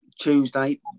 Tuesday